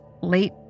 late